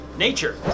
nature